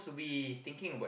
we thinking